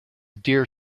dear